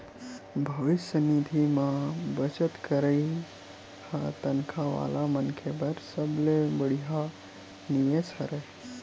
भविस्य निधि म बचत करई ह तनखा वाला मनखे बर सबले बड़िहा निवेस हरय